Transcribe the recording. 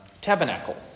tabernacle